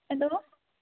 എന്തോ